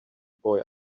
boy